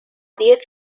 diez